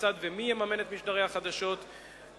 כיצד ומי יממן את משדרי החדשות המקומיות.